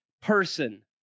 person